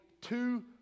two